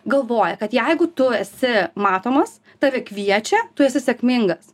galvoja kad jeigu tu esi matomas tave kviečia tu esi sėkmingas